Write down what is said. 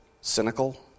cynical